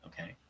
Okay